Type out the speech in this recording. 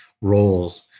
roles